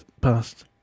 past